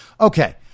Okay